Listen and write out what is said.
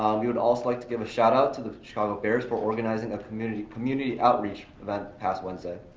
um we would also like to give a shout out to the chicago bears for organizing a community community outreach for that past wednesday.